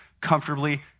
comfortably